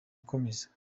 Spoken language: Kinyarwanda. akomeza